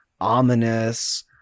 ominous